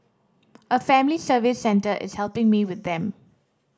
a family service centre is helping me with them